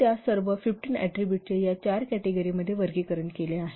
त्या सर्व 15 ऍट्रीबुटचे या चार कॅटेगरीमध्ये वर्गीकरण केले आहे